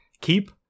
keep